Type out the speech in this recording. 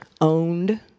owned